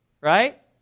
Right